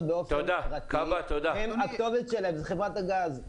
באופן פרטי והכתובת שלהם זה חברת הגז.